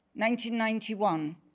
1991